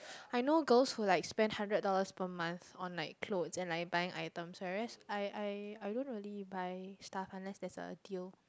I know girls who like spend hundred dollars per month on like clothes and like buying item whereas I I I don't really buy stuff unless there's a deal